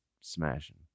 smashing